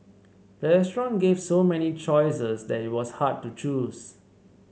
the restaurant gave so many choices that it was hard to choose